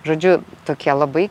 žodžiu tokie labai